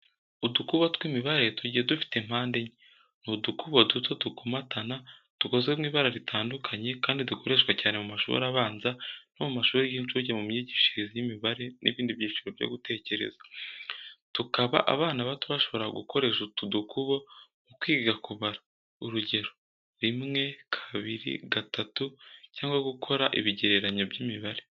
Udukubo tw’imibare tugiye dufite mpande enye. Ni udukubo duto dukomatana, dukozwe mu ibara ritandukanye kandi dukoreshwa cyane mu mashuri abanza no mu mashuri y’incuke mu myigishirize y’imibare n'ibindi byiciro byo gutekereza. Tukaba abana bato bashobora gukoresha utu dukubo mu kwiga kubara, urugero: rimwe, kabiri, gatatu … cyangwa gukora ibigereranyo by’imibare.